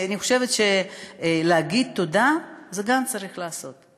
אני חושבת שלהגיד תודה, זה גם צריך לעשות.